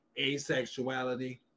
Asexuality